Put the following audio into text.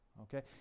okay